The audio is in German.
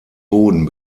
boden